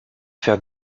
faire